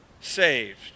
saved